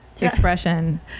expression